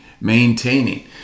maintaining